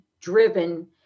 driven